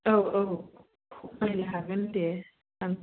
औ औ खमायनो हागोन दे